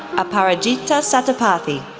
aparajita satapathy,